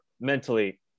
mentally